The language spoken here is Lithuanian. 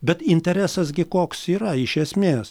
bet interesas gi koks yra iš esmės